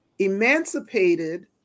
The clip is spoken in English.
emancipated